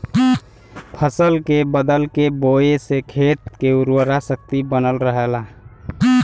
फसल के बदल के बोये से खेत के उर्वरा शक्ति बनल रहला